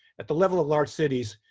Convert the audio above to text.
at the level of large cities,